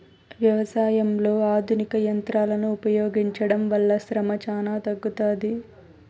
వ్యవసాయంలో ఆధునిక యంత్రాలను ఉపయోగించడం వల్ల శ్రమ చానా తగ్గుతుంది